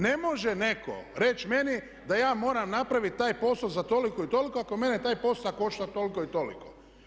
Ne može netko reći meni da ja moram napraviti taj posao za toliko i toliko ako mene taj postotak košta toliko i toliko.